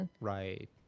Right